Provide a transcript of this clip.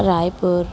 Raipur